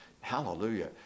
hallelujah